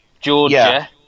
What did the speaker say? Georgia